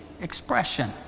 expression